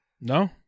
No